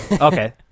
Okay